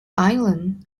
island